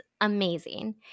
amazing